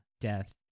death